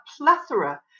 plethora